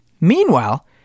Meanwhile